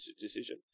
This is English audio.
decision